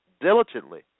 diligently